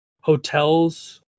hotels